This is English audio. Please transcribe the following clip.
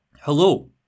Hello